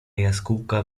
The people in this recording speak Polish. jaskółka